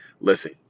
listen